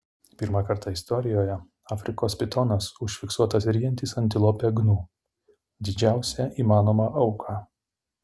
pirmą kartą istorijoje afrikos pitonas užfiksuotas ryjantis antilopę gnu didžiausią įmanomą auką